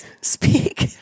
Speak